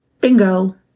Bingo